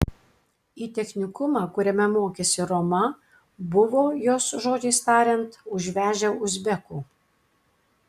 į technikumą kuriame mokėsi roma buvo jos žodžiais tariant užvežę uzbekų